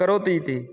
करोतु इति